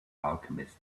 alchemist